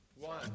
One